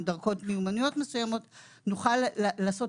עם דרגות מיומנויות מסוימות נוכל לעשות